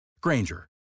Granger